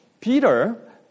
Peter